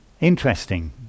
interesting